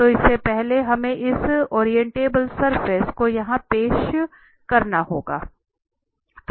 तो इससे पहले हमें इस ओरिएंटेबल सरफेस को यहां पेश करना होगा